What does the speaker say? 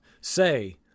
say